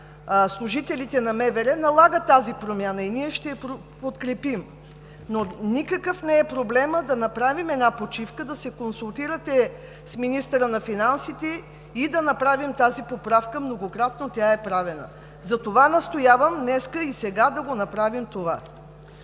служителите на МВР, налагат тази промяна и ние ще я подкрепим. Но никакъв не е проблемът да направим една почивка, да се консултирате с министъра на финансите и да направим тази поправка, многократно тя е правена. Затова настоявам, днес и сега, да го направим това.